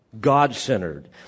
God-centered